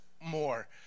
more